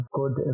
good